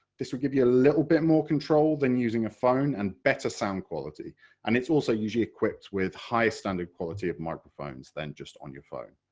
this will give you a little bit more control than using a phone, and better sound quality and it's also usually equipped with higher standard quality of microphones than on your phone.